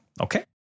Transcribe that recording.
Okay